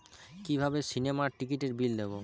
কিভাবে সিনেমার টিকিটের বিল দেবো?